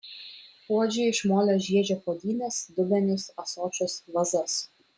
puodžiai iš molio žiedžia puodynes dubenis ąsočius vazas